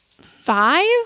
five